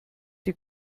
die